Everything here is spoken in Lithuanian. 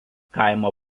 kaimo